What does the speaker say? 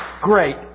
great